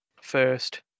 first